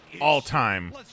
all-time